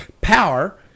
power